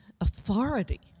authority